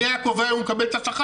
מי היה קובע אם הוא מקבל את השכר?